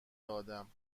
آدم